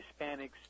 Hispanics